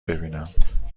ببینم